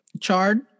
chard